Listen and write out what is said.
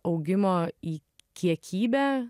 augimo į kiekybę